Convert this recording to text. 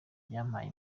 byampaye